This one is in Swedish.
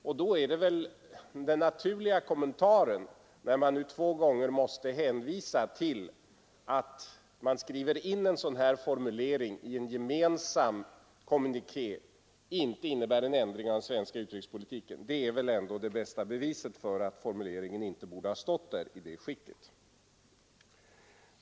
Och när man i en gemensam kommuniké skriver in en sådan formulering, som man två gånger måste förklara inte innebära någon ändring av den svenska utrikespolitiken, så är väl den naturliga kommentaren att det är det bästa beviset på att formuleringen inte borde ha stått där i den utformningen.